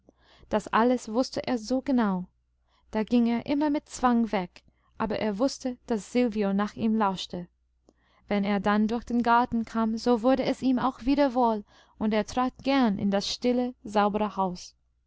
das alles wußte er so genau da ging er immer mit zwang weg aber er wußte daß silvio nach ihm lauschte wenn er dann durch den garten kam so wurde es ihm auch wieder wohl und er trat gern in das stille saubere haus